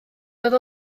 doedd